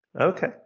okay